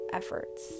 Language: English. efforts